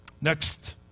Next